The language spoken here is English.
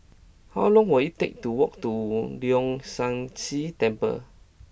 how long will it take to walk to Leong San See Temple